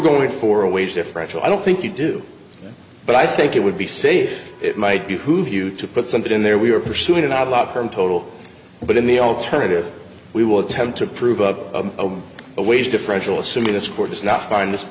going for a wage differential i don't think you do but i think it would be safe it might behoove you to put something in there we are pursuing and i love her in total but in the alternative we will attempt to prove a wage differential assuming this court does not find this